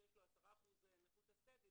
שיש לו 10% נכות אסטטית,